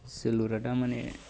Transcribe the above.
जोलुरा दा माने